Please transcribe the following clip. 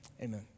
Amen